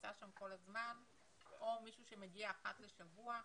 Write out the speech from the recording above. שנמצא שם כל הזמן או מישהו שמגיע אחת לשבוע.